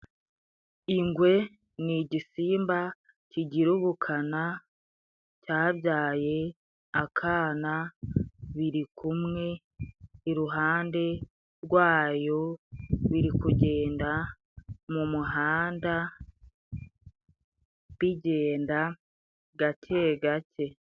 Ingwe ni igisimba kigira ubukana, cyabyaye akana biri kumwe iruhande rwayo, biri kugenda mu muhanda bigenda gakegake.